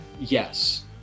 Yes